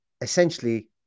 essentially